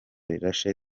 rirashe